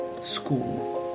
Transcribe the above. school